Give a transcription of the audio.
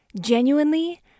Genuinely